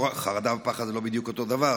חרדה ופחד זה לא בדיוק אותו דבר,